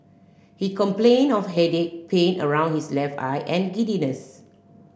he complained of headache pain around his left eye and giddiness